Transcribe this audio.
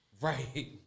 Right